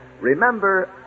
remember